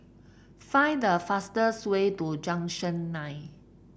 find the fastest way to Junction Nine